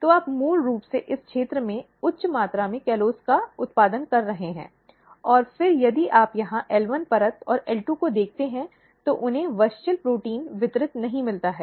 तो आप मूल रूप से इस क्षेत्र में उच्च मात्रा में कॉलोज़ का उत्पादन कर रहे हैं और फिर यदि आप यहाँ L1 परत और L2 को देखते हैं तो उन्हें WUSCHEL प्रोटीन वितरित नहीं मिलता है